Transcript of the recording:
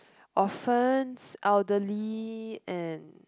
orphans elderly and